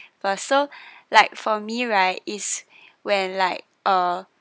for so like for me right is when like uh